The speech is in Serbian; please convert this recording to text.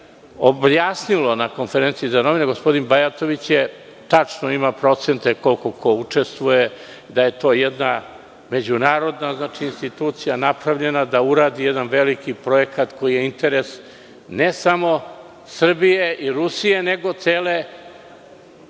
objasnilo na konferenciji za novinare, gospodin Bajatović je rekao, tačno imaju procente, koliko ko učestvuje, da je to jedna međunarodna institucija napravljena da uradi jedan veliki projekat koji je interes ne samo Srbije i Rusije, nego cele